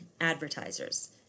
advertisers